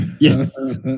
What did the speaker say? Yes